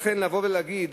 לכן לבוא ולהגיד